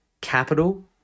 capital